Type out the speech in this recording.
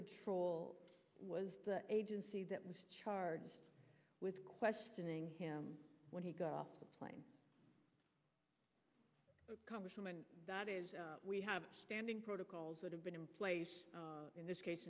patrol was agency that was charged with questioning him when he got off the plane congresswoman that is we have standing protocols that have been in place in this case